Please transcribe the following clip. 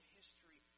history